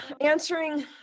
answering